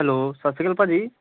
hello ਸਤਿ ਸ਼੍ਰੀ ਅਕਾਲ ਭਾਅ ਜੀ